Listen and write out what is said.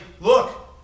look